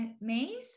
maze